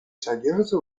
содержатся